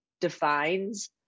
defines